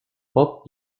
pop